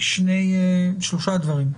אומר שלושה דברים,